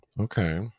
okay